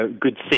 good